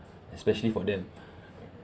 especially for them